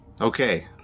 Okay